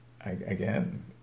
again